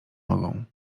nogą